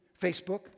facebook